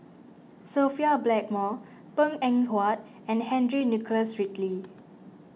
Sophia Blackmore Png Eng Huat and Henry Nicholas Ridley